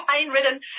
pain-ridden